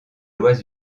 lois